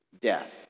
death